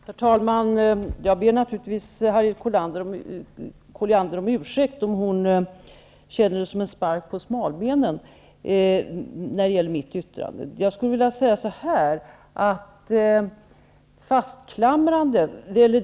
Herr talman! Jag ber naturligtvis Harriet Colliander om ursäkt om hon känner mitt yttrande som en spark på smalbenen.